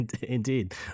indeed